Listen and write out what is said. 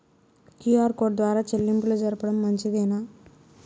QR code ద్వారా చెల్లింపులు జరపడం మంచిదేనా?